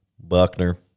Buckner